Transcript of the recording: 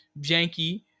janky